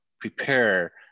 prepare